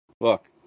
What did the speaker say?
look